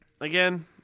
again